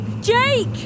Jake